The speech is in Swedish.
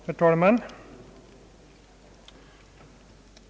Herr talman!